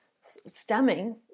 stemming